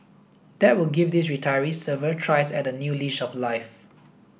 that would give these retirees several tries at a new leash of life